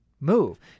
move